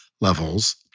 levels